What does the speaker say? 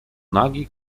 nagi